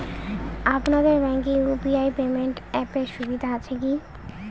আপনাদের ব্যাঙ্কে UPI payment অ্যাপের সুবিধা আছে কি?